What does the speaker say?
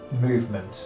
movement